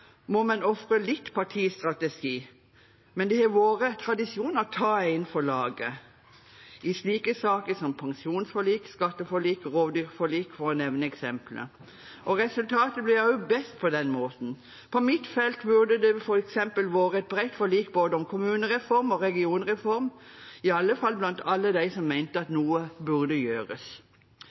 må man ofre litt partistrategi, men det har vært tradisjon å ta en for laget i slike saker som pensjonsforlik, skatteforlik og rovdyrforlik, for å nevne noen eksempler. Resultatet blir også best på den måten. På mitt felt burde det f.eks. ha vært et bredt forlik både om kommunereform og regionreform, iallfall blant alle dem som mente at noe burde gjøres.